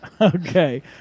Okay